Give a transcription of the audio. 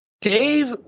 Dave